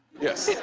yes.